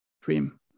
dream